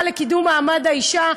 בוועדה לקידום מעמד האישה,